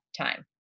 time